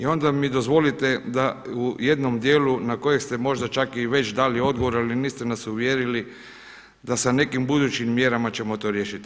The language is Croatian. I onda mi dozvolite da u jednom dijelu na kojeg ste možda čak i već dali odgovor, ali niste nas uvjerili da sa nekim budućim mjerama ćemo to riješiti.